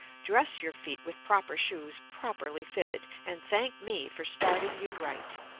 dress your feet with proper shoes properly fitted, and thank me for starting you right.